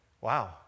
Wow